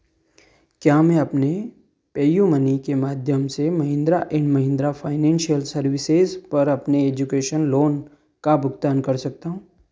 क्या मैं अपने पेयू मनी के माध्यम से Mahindra and Mahindra financial services पर अपने एजुकेशन लोन का भुगतान कर सकता हूँ